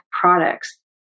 products